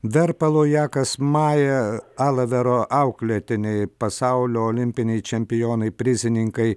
verpalų jakas maja alavero auklėtiniai pasaulio olimpiniai čempionai prizininkai